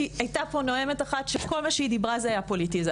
כי הייתה פה נואמת אחת שכל מה שהיא דיברה היה פוליטיזציה.